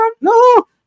No